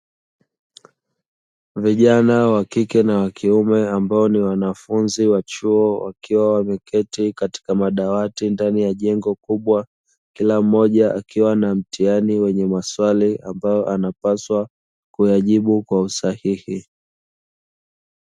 Vijana wa kike na wa kiume ambao ni wanafunzi wa chuo, wakiwa wameketi katika madawati ndani ya jengo kubwa, kila mmoja akiwa na mtihani wenye maswali ambayo anapaswa kuyajibu kwa usahihi.